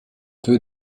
peu